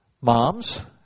Moms